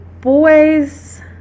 boys